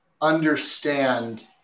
understand